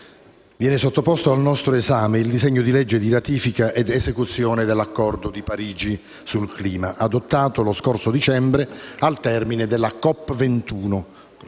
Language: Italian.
viene sottoposto al nostro esame il disegno di legge di ratifica ed esecuzione dell'Accordo di Parigi sul clima, adottato lo scorso dicembre al termine della COP21